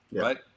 right